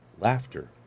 laughter